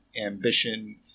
ambition